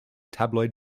tabloid